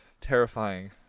terrifying